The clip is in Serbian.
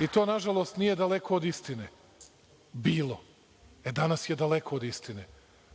i to, nažalost, nije daleko od istine, bilo. E, danas je daleko od istine,